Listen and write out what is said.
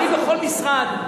בכל משרד,